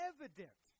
Evident